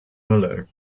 möller